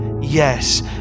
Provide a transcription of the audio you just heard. yes